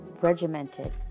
regimented